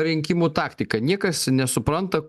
rinkimų taktiką niekas nesupranta